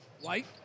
White